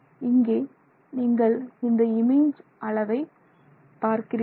இங்கே நீங்கள் இந்த இமேஜ் அளவை பார்க்கிறீர்கள்